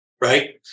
right